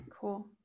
Cool